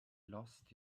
lost